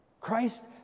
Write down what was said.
Christ